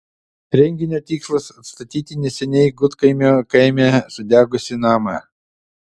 renginio tikslas atstatyti neseniai gudkaimio kaime sudegusį namą